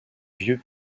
vieux